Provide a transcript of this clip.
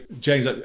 James